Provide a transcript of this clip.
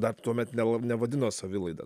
dar tuomet ne nevadino savilaida